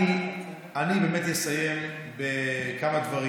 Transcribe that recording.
אני אסיים בכמה דברים.